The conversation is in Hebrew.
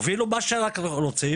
הובילו מה שאנחנו רק רוצים,